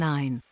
Nine